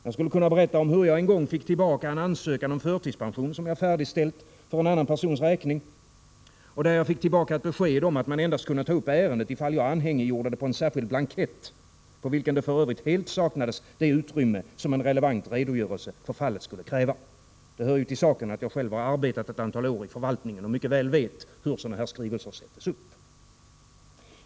Jag skulle kunna berätta om hur jag en gång fick tillbaka en ansökan om förtidspension, som jag färdigställt för en annan persons räkning, med ett besked om att man endast kunde ta upp ärendet ifall jag anhängiggjorde det på en särskild blankett — på vilken det f. ö. helt saknades det utrymme som en relevant redogörelse för fallet krävde. Det hör till saken att jag själv har arbetat ett antal år i förvaltningen och mycket väl vet hur sådana här skrivelser sätts upp.